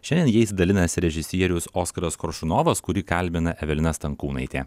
šiandien jais dalinasi režisierius oskaras koršunovas kurį kalbina evelina stankūnaitė